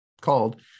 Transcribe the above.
called